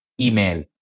email